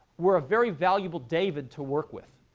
we're a very valuable david to work with.